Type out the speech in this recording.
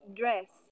dress